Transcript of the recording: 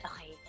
okay